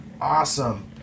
Awesome